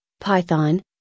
Python